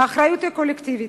האחריות היא קולקטיבית,